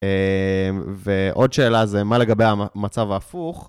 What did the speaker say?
ועוד שאלה זה, מה לגבי המצב ההפוך?